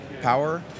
power